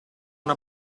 una